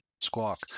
squawk